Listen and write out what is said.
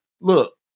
look